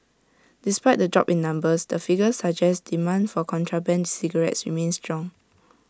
despite the drop in numbers the figures suggest demand for contraband cigarettes remains strong